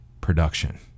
production